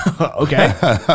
okay